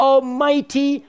Almighty